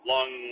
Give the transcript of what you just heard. Long